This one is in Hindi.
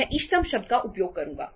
मैं इष्टतम शब्द का उपयोग करूंगा